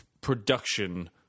production